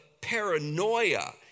paranoia